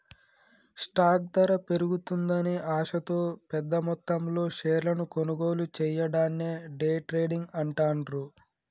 stock ధర పెరుగుతుందనే ఆశతో పెద్దమొత్తంలో షేర్లను కొనుగోలు చెయ్యడాన్ని డే ట్రేడింగ్ అంటాండ్రు